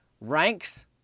ranks